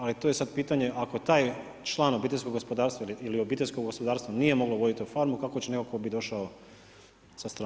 Ali to je sada pitanje ako taj član obiteljskog gospodarstva ili obiteljsko gospodarstvo nije moglo voditi tu farmu, kako će netko tko bi došao sa strane.